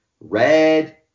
red